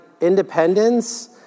independence